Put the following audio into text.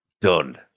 done